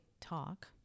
talk